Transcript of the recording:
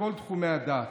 בכל תחומי הדת,